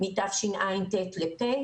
מתשע"ט לתש"פ.